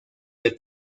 del